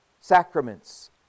sacraments